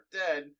dead